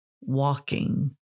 walking